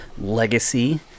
Legacy